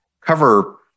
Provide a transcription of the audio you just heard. cover